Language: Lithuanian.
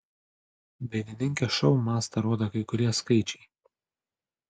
dainininkės šou mastą rodo kai kurie skaičiai